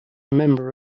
member